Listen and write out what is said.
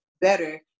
better